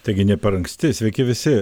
taigi ne per anksti sveiki visi